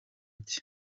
cye